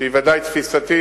שהיא ודאי תפיסתי,